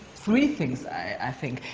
three things, i think.